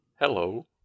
hello